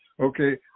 Okay